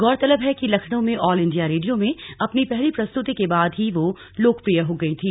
गौरतलब है कि लखनऊ में ऑल इंडिया रेडियो में अपनी पहली प्रस्तुति के बाद ही वह लोकप्रिय हो गई थी